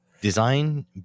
design